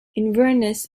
inverness